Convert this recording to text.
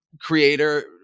creator